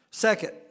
second